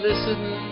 Listen